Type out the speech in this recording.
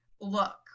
look